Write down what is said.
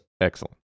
Excellent